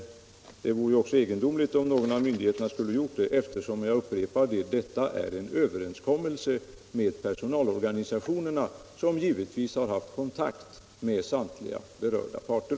Det vore också egendomligt om någon av myndigheterna skulle ha lämnat in en sådan ansökan, eftersom detta — jag upprepar det — är en överenskommelse med personalorganisationerna, som givetvis har haft kontakt med samtliga berörda parter.